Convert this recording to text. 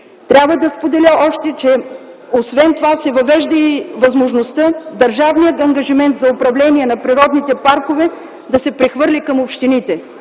Трябва да споделя още, че освен това се въвежда и възможността държавният ангажимент за управление на природните паркове да се прехвърли към общините.